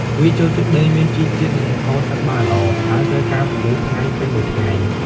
វាចូលចិត្តដីមានជីជាតិ និងបង្ហូរទឹកបានល្អ ហើយត្រូវការពន្លឺថ្ងៃពេញមួយថ្ងៃ។